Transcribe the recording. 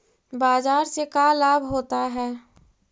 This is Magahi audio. बाजार से का लाभ होता है?